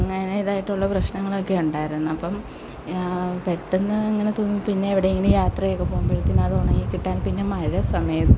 അങ്ങനെ ഇതായിട്ടുള്ള പ്രശ്നങ്ങളൊക്കെ ഉണ്ടായിരുന്ന് അപ്പം പെട്ടന്ന് അങ്ങനെ തോന്നി പിന്നെ എവിടേങ്കിലും യാത്രയൊക്കെ പോവുമ്പോഴത്തേന് അത് ഉണങ്ങി കിട്ടാൻ പിന്നെ മഴ സമയത്ത്